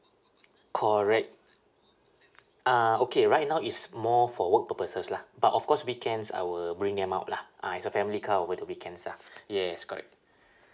correct uh okay right now it's more for work purposes lah but of course weekends I will bring them out lah uh it's a family car over the weekends lah yes correct